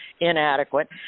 inadequate